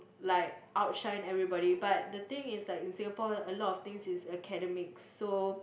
like outshine everybody but the thing is like in Singapore a lot of things is academic so